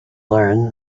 learn